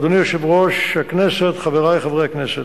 אדוני היושב-ראש, חברי חברי הכנסת,